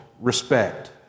respect